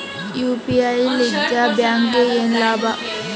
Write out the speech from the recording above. UPI ಲಿಂದ ಬ್ಯಾಂಕ್ಗೆ ಏನ್ ಲಾಭ?